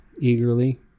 eagerly